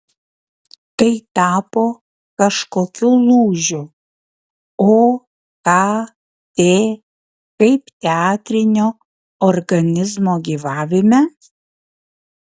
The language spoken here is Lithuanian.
tai tapo kažkokiu lūžiu okt kaip teatrinio organizmo gyvavime